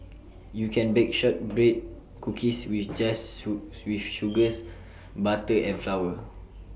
you can bake Shortbread Cookies you just sue with sugars butter and flour